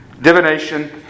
Divination